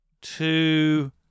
two